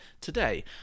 today